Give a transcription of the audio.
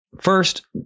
First